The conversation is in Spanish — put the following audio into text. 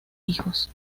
hijos